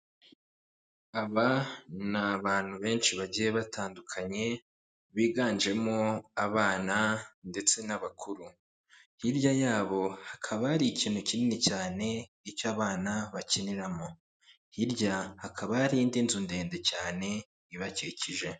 Aba ni abantu benshi bagiye batandukanye biganjemo abana ndetse n'abakuru, hirya yabo hakaba ari ikintu kinini cyane icyo abana bakiniramo hirya hakaba hari indi nzu ndende cyane ibakikije.